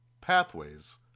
Pathways